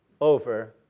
over